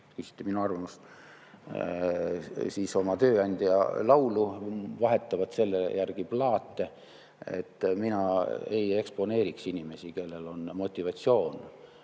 minu arvamust – oma tööandja laulu, vahetavad selle järgi plaate. Mina ei eksponeeriks inimesi, kelle motivatsioon